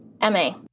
MA